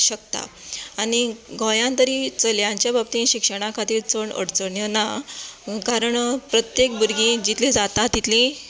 शकता आनी गोंयांत तरी चलयांच्या बाबतीन शिक्षणां खातीर चड अडचण्यो ना कारण प्रत्येक भुरगीं जितली जाता तितलीं